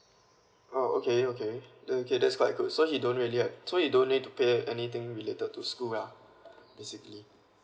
oh okay okay then okay that's quite good so he don't really uh so he don't need to pay anything related to school lah basically